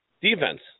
Defense